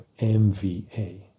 MVA